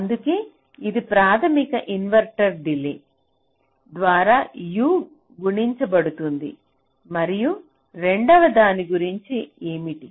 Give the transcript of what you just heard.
అందుకే ఇది ప్రాథమిక ఇన్వర్టర్ డిలే ద్వారా U గుణించబడుతుంది మరియు రెండవ దాని గురించి ఏమిటి